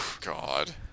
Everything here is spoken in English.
God